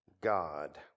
God